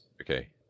Okay